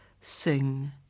sing